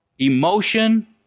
emotion